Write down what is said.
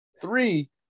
Three